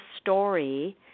story